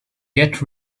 get